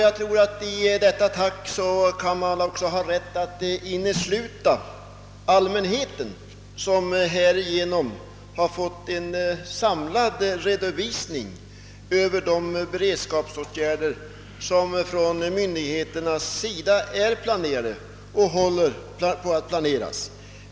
I detta tack kan även inneslutas allmänheten som härigenom har fått en samlad redovisning över de beredskapsåtgärder som myndigheterna planerat och håller på att planera.